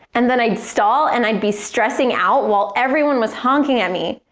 and then i'd stall and i'd be stressing out while everyone was honking at me.